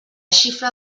xifra